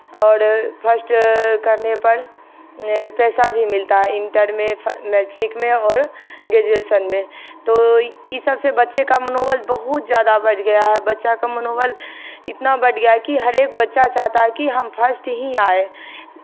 और फर्स्ट करने पर पैसा भी मिलता है इन्टर में मैट्रिक में और ग्रेजुएशन में तो ये सब से बच्चे का मनोबल बहुत ज़्यादा बढ़ गया है बच्चा का मनोबल इतना बढ़ गया है कि हरेक बच्चा चाहता है कि हम फर्स्ट ही आएँ